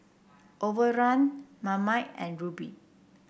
Overrun Marmite and Rubi